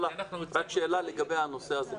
שאלה לגבי הנושא הזה.